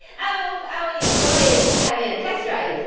i'll i'll yeah enjoy having a test ride. but.